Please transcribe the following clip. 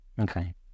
Okay